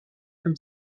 from